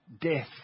Death